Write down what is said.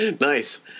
Nice